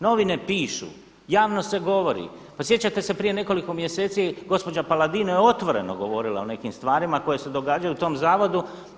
Novine pišu, javno se govori, pa sjećate se prije nekoliko mjeseci gospođa Paladin je otvoreno govorila o nekim stvarima koje se događaju u tom zavodu.